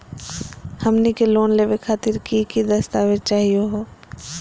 हमनी के लोन लेवे खातीर की की दस्तावेज चाहीयो हो?